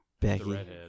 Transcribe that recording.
Becky